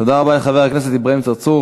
תודה רבה לחבר הכנסת אברהים צרצור.